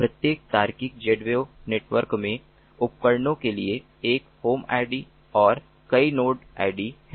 प्रत्येक तार्किक Zwave network में उपकरणों के लिए एक होम आईडी और कई नोड आईडी हैं